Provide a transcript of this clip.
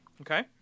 Okay